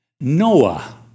Noah